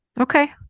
Okay